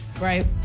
right